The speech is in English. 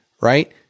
right